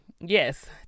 yes